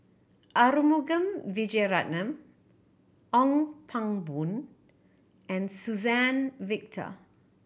Arumugam Vijiaratnam Ong Pang Boon and Suzann Victor